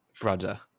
brother